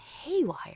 haywire